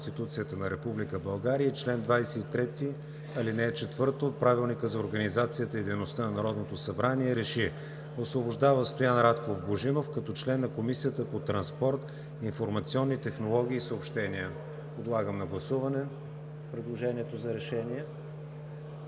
Република България и чл. 23, ал. 4 от Правилника за организацията и дейността на Народното събрание РЕШИ: Освобождава Стоян Радков Божинов като член на Комисията по транспорт, информационни технологии и съобщения.“ Подлагам на гласуване предложението за решение.